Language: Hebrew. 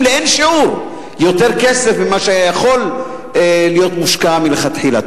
לאין-שיעור יותר כסף ממה שיכול היה להיות מושקע מלכתחילה.